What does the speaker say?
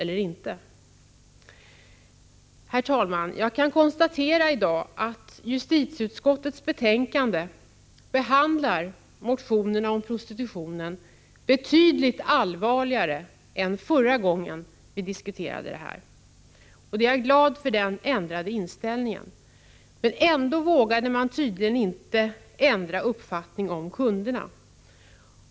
Jag kan i dag konstatera att justitieutskottet i sitt betänkande behandlar motionerna om prostitutionen betydligt allvarligare än förra gången vi diskuterade denna fråga. Jag är glad för denna ändrade inställning. Men tydligen vågade inte utskottet ändra uppfattning om kunderna.